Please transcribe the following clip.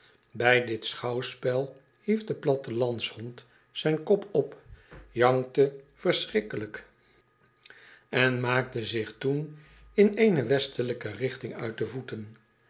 bij dit schouwspel hief de plattelands hond zijn kop op jankte verschrikkelijk en maakte zich toen in eene westelijke richting uit de voeten